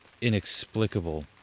inexplicable